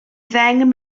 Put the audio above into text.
ddeng